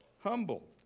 humble